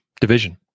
division